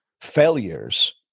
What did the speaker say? failures